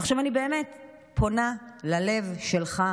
אני באמת פונה ללב שלך,